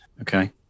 okay